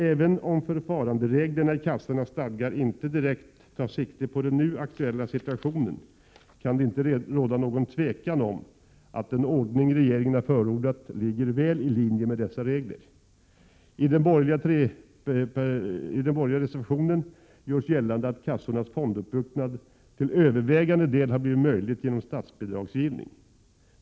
Även om förfarandereglerna i kassornas stadgar inte direkt tar sikte på den nu aktuella situationen, kan det inte råda något tvivel om att den ordning regeringen har förordat ligger väl i linje med dessa regler. I den borgerliga reservationen görs gällande att kassornas fonduppbyggnad till övervägande del har blivit möjlig genom statsbidragsgivningen.